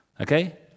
Okay